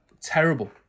Terrible